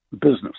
business